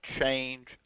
change